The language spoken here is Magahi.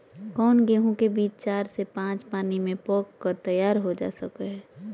कौन गेंहू के बीज चार से पाँच पानी में पक कर तैयार हो जा हाय?